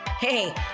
Hey